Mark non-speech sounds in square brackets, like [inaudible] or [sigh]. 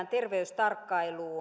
[unintelligible] terveystarkkailusta [unintelligible]